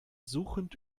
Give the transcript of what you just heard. suchend